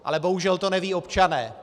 Ale bohužel to nevědí občané.